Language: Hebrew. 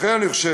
לכן אני חושב